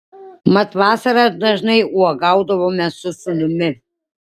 mat vasarą dažnai uogaudavome su sūnumi